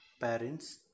Parents